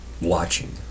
watching